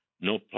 no